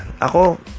ako